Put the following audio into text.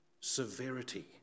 severity